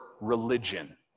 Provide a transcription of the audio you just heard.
religion